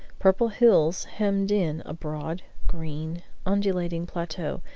purple hills hemmed in a broad, green, undulating plateau,